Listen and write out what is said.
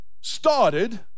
started